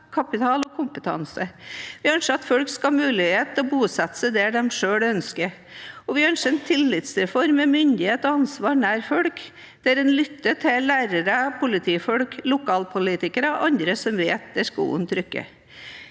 kapital og kompetanse. Vi ønsker at folk skal ha mulighet til å bosette seg der de selv ønsker. Vi ønsker en tillitsreform med myndighet og ansvar nær folk, der en lytter til lærere, politifolk, lokalpolitikere og andre som vet hvor skoen trykker.